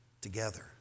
together